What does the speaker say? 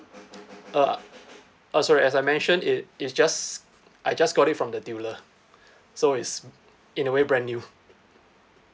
uh uh sorry as I mentioned it it's just I just got it from the dealer so it's in a way brand new